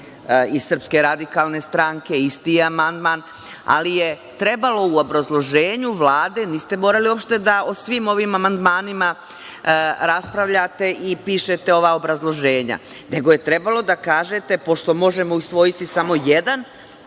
Milenkovića iz SNS, isti amandman, ali je trebalo u obrazloženju Vlade, niste morali da o svim ovim amandmanima raspravljate i pišete ova obrazloženja, nego je trebalo da kažete, pošto možemo usvojiti samo jedan